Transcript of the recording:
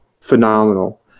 phenomenal